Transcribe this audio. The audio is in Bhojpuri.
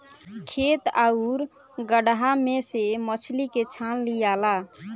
खेत आउरू गड़हा में से मछली के छान लियाला